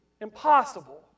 impossible